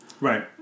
Right